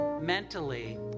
mentally